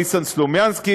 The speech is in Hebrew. ניסן סלומינסקי,